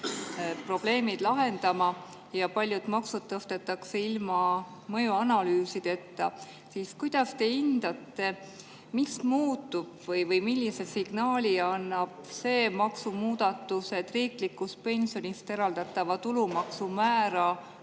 probleemid lahendama, ja paljusid makse tõstetakse ilma mõjuanalüüsideta. Kuidas te hindate, mis muutub või millise signaali annab see maksumuudatus, et riiklikust pensionist eraldatava tulumaksu